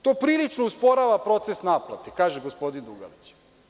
To prilično usporava proces naplate.“ To kaže gospodin Dugalić.